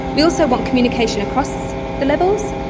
we also want communication across the levels.